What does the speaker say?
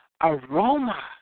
aroma